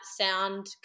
sound